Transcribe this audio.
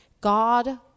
God